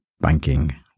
banking